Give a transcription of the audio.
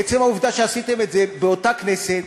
עצם העובדה שעשיתם את זה באותה כנסת,